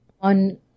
on